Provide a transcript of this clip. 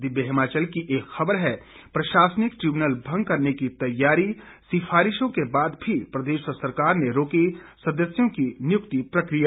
दिव्य हिमाचल की एक ख़बर है प्रशासनिक ट्रिब्यूनल भंग करने की तैयारी सिफारिशों के बाद भी प्रदेश सरकार ने रोकी सदस्यों की नियुक्ति प्रक्रिया